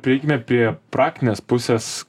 prieikime prie praktinės pusės